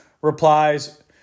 replies